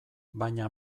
baina